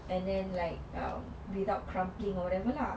and then like um without crumpling or whatever lah